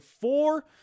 four